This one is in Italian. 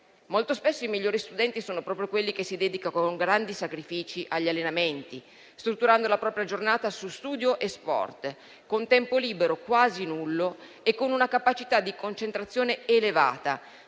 Molto spesso i migliori studenti sono proprio quelli che si dedicano con grandi sacrifici agli allenamenti, strutturando la propria giornata su studio e sport, con tempo libero quasi nullo e con una capacità di concentrazione elevata,